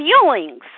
feelings